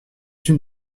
une